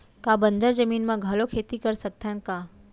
का बंजर जमीन म घलो खेती कर सकथन का?